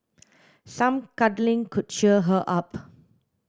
some cuddling could cheer her up